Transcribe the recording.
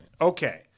Okay